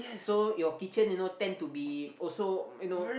so your kitchen you know tend to be also you know